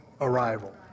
Arrival